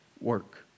work